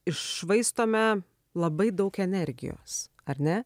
iššvaistome labai daug energijos ar ne